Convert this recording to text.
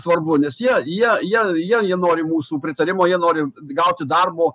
svarbu nes jie jie jie jie nori mūsų pritarimo jie nori gauti darbo